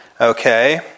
Okay